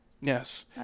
yes